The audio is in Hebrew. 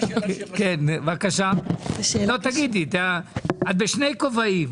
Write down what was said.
את בשני כובעים.